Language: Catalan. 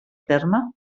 terme